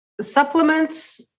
Supplements